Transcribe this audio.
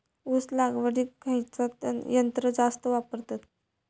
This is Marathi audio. ऊस लावडीक खयचा यंत्र जास्त वापरतत?